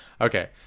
Okay